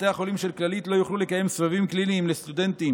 בתי החולים של כללית לא יוכלו לקיים סבבים קליניים לסטודנטים